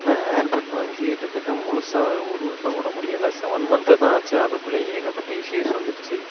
நான் ஏர்பட் வாங்கி கிட்டத்தட்ட முழுசாக ஒரு வருஷம் கூட முடியலை செவன் மந்த்து தான் ஆச்சு அதுக்குள்ளே ஏகப்பட்ட இஸ்யூஸ் வந்துடுச்சு